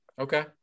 okay